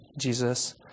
Jesus